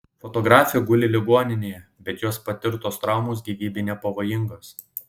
fotografė guli ligoninėje bet jos patirtos traumos gyvybei nepavojingos